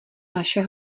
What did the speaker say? naše